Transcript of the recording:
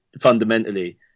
fundamentally